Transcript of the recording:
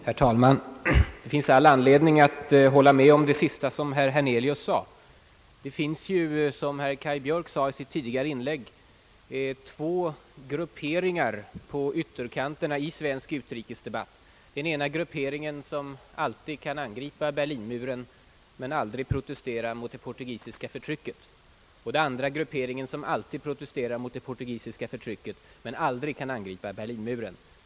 Herr talman! Det finns all anledning att hålla med om det sista som herr Hernelius sade. Det är såsom herr Björck uttryckte det i sitt tidigare inlägg: Det finns två grupperingar på ytterkanterna i svensk utrikesdebatt. Den ena som alltid kan angripa Berlinmuren men aldrig protestera mot det portugisiska förtrycket. Och den andra som alltid protesterar mot det portugisiska förtrycket men aldrig kan angripa Berlinmuren.